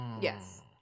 Yes